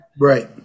Right